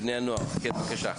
בני הנוער, בבקשה.